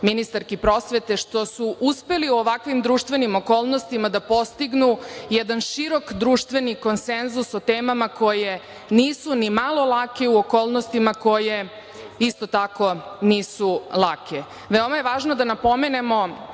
ministarki prosvete što su uspeli u ovakvim društvenim okolnostima da postignu jedan širok društveni konsenzus o temama koje nisu nimalo lake i u okolnostima koje isto tako nisu lake. Veoma je važno da napomenemo